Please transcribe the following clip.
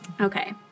Okay